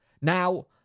Now